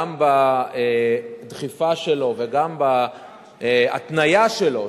גם בדחיפה שלו וגם בהתניה שלו,